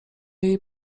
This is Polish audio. jej